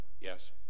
Yes